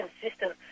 consistent